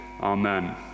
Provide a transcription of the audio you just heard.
amen